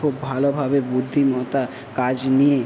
খুব ভালোভাবে বুদ্ধিমত্তা কাজ নিয়ে